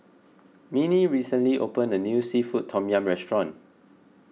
Minnie recently opened a new Seafood Tom Yum restaurant